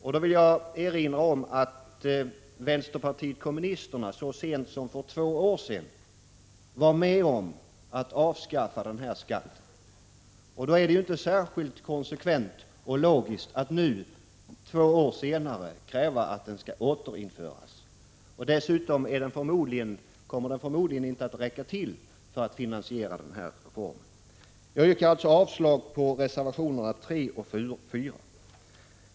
Jag vill erinra om att vänsterpartiet kommunisterna så sent som för två år sedan var med om att avskaffa denna skatt. Då är det inte särskilt konsekvent och logiskt att nu, bara två år senare, kräva att den skall återinföras. Dessutom kommer den förmodligen inte att räcka till för att finansiera reformen i fråga. Jag yrkar avslag på reservationerna 3 och 4.